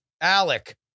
Alec